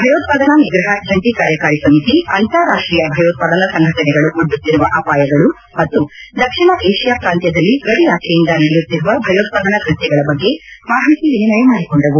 ಭಯೋತ್ಪಾದನಾ ನಿಗ್ರಹ ಜಂಟಿ ಕಾರ್ಯಕಾರಿ ಸಮಿತಿ ಅಂತಾರಾಷ್ಟೀಯ ಭಯೋತ್ಪಾದನಾ ಸಂಘಟನೆಗಳು ಒಡ್ಡುತ್ತಿರುವ ಅಪಾಯಗಳು ಮತ್ತು ದಕ್ಷಿಣ ಏಷ್ಯಾ ಪ್ರಾಂತ್ಯದಲ್ಲಿ ಗಡಿಯಾಚೆಯಿಂದ ನಡೆಯುತ್ತಿರುವ ಭಯೋತ್ಪಾದನಾ ಕೃತ್ವಗಳ ಬಗ್ಗೆ ಮಾಹಿತಿ ವಿನಿಮಯ ಮಾಡಿಕೊಂಡವು